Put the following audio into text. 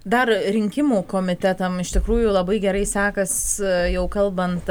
dar rinkimų komitetam iš tikrųjų labai gerai sekas jau kalbant